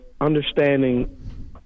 understanding